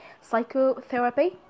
psychotherapy